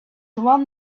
one